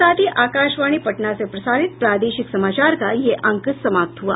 इसके साथ ही आकाशवाणी पटना से प्रसारित प्रादेशिक समाचार का ये अंक समाप्त हुआ